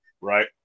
Right